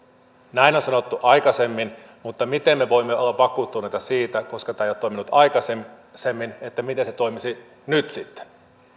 näin on sanottu aikaisemmin mutta miten me voimme olla vakuuttuneita siitä koska tämä ei ole toiminut aikaisemmin että se toimisi nyt sitten